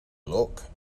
look